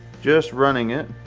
just running it.